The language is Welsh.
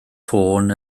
ffôn